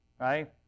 right